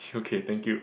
so k thank you